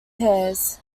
hairs